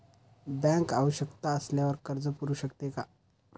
Bank आवश्यकता असल्यावर कर्ज पुरवू शकते का?